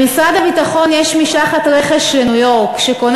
למשרד הביטחון יש משלחת רכש לניו-יורק שקונה